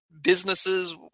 businesses